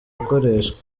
gukoreshwa